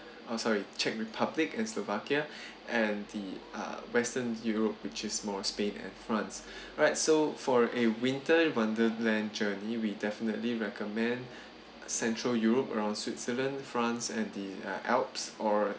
oh sorry czech republic and slovakia and the uh western europe which is more of spain and france alright so for a winter wonderland journey we definitely recommend central europe around switzerland france and the uh alps or